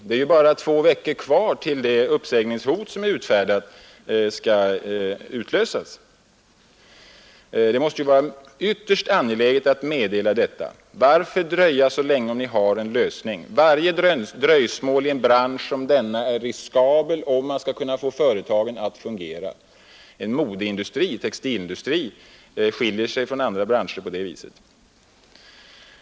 Det är ju bara två veckor kvar till dess att det uppsägningshot som är utfärdat skall utlösas. Det måste vara ytterst angeläget att meddela detta. Varför dröja så länge, om ni har en lösning? Varje dröjsmål i en bransch som denna är riskabel, om man skall kunna få företagen att fungera. En modeindustri — textilbranschen — skiljer sig i detta avseende från andra industrier.